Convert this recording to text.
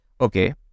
okay